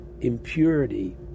impurity